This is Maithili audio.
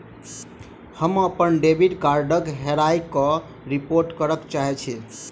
हम अप्पन डेबिट कार्डक हेराबयक रिपोर्ट करय चाहइत छि